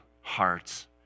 hearts